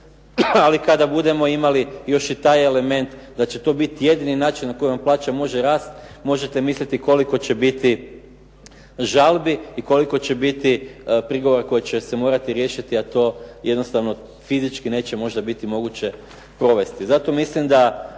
Ali kada budemo imali još i taj element, da će to biti jedini način na koji vam plaća može rasti. Možete misliti koliko će biti žalbi i koliko će biti prigovora koji će se morati riješit, a to jednostavno fizički neće biti moguće provesti.